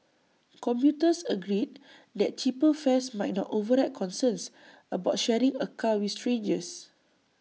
commuters agreed that cheaper fares might not override concerns about sharing A car with strangers